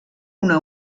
una